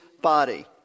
body